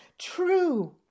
true